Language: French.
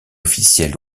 officielle